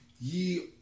Ye